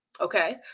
Okay